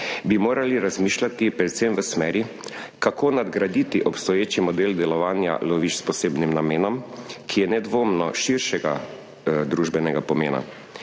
bi morali razmišljati predvsem v smeri, kako nadgraditi obstoječi model delovanja lovišč s posebnim namenom, ki je nedvomno širšega družbenega pomena.